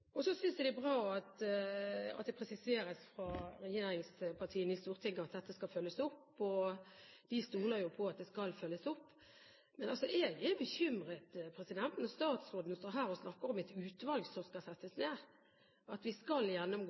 side. Så synes jeg det er bra at det presiseres fra regjeringspartiene i Stortinget at dette skal følges opp. De stoler jo på at det skal følges opp. Men jeg er bekymret når statsråden står her og snakker om et utvalg som skal settes ned, og at vi skal